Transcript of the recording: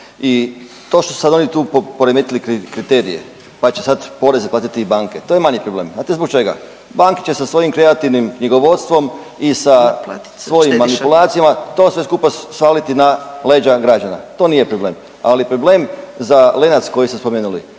i to što su sad oni tu poremetili kriterije, pa će sad poreze platiti i banke, to je najmanji problem, znate zbog čega? Banke će sa svojim kreativnim knjigovodstvom i sa svojim manipulacijama to sve skupa svaliti na leđa građana, to nije problem, ali je problem za Lenac koji ste spomenuli,